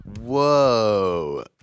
Whoa